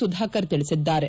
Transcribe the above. ಸುಧಾಕರ್ ತಿಳಿಸಿದ್ದಾರೆ